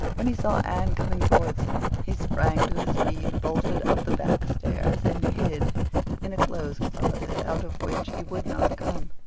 when he saw anne coming towards him he sprang to his feet, bolted up the back stairs, and hid in a clothes closet, out of which he would not come.